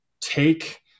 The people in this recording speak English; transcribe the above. take